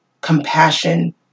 compassion